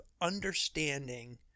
understanding